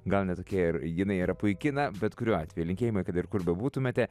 gal ne tokia ir jinai yra puiki na bet kuriuo atveju linkėjimai kad ir kur bebūtumėte